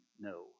no